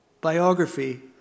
biography